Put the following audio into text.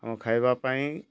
ଆମ ଖାଇବା ପାଇଁ